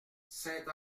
saint